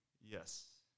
Yes